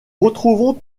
retrouvons